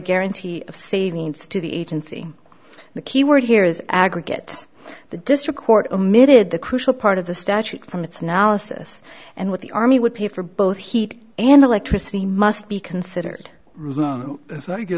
guarantee of savings to the agency the key word here is aggregate the district court omitted the crucial part of the statute from it's now assess and what the army would pay for both heat and electricity must be considered